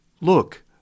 Look